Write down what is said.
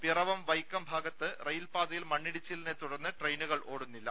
പിറവം വൈക്കം ഭാഗത്ത് റെയിൽപാതയിൽ മണ്ണിടിച്ചിലിനെ തുടർന്ന് ട്രെയിനുകൾ ഓടുന്നില്ല